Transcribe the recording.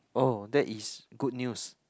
oh that is good news